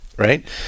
Right